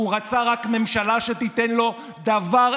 ג'אבר עסאקלה, אדוני,